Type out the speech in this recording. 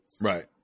right